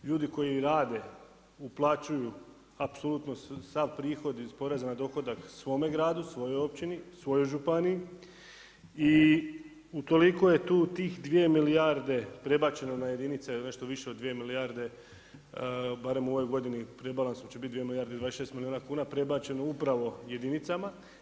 Ljudi koji rade, uplaćuju, apsolutno sav prihod iz poreza na dohodak, svome gradu, svojoj općini, svojoj županiji i toliko je tu tih 2 milijarde prebačeno na jedinice ili nešto više od 2 milijarde barem u ovoj godini, u rebalansu će biti 2 milijarde i 26 milijuna kuna, prebačeni upravo jedinicama.